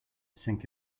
sink